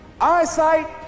Eyesight